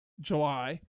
july